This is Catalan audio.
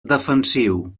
defensiu